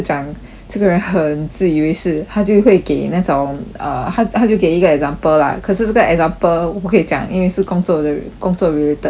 这个人很自以为是他就会给那种 uh 他他就给一个 example lah 可是这个 example 我不可以讲因为是工作的工作 related 的东西